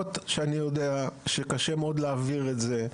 יודע שקשה מאוד להעביר את זה.